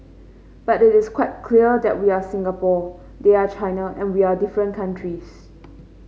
but it is quite clear that we are Singapore they are China and we are different countries